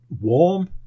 warm